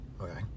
Okay